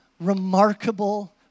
remarkable